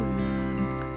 look